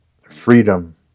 freedom